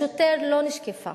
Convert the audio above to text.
לשוטר לא נשקפה